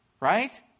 right